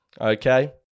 okay